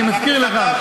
אני מזכיר לך.